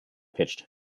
pitched